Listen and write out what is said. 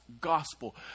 gospel